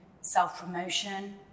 self-promotion